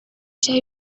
share